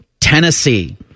Tennessee